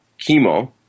chemo